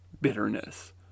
bitterness